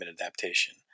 adaptation